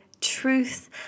truth